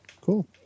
cool